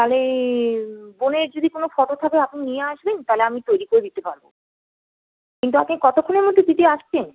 তাহলে বোনের যদি কোনো ফটো থাকে আপনি নিয়ে আসবেন তালে আমি তৈরি করে দিতে পারবো কিন্তু আপনি কতক্ষণের মধ্যে দিদি আসছেন